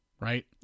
right